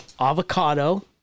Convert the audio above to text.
avocado